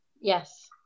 Yes